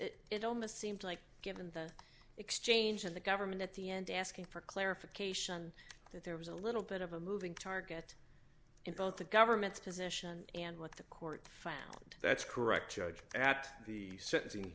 it it almost seems like given the exchange and the government at the end asking for clarification that there was a little bit of a moving target in both the government's position and what the court found that's correct judge at the sentencing